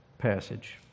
passage